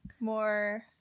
More